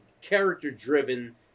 character-driven